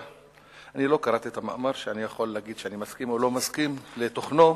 אני לא קראתי את המאמר שאוכל להגיד שאני מסכים או לא מסכים לתוכנו,